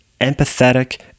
empathetic